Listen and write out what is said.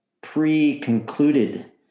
pre-concluded